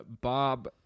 Bob